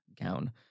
gown